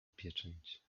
pieczęć